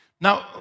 Now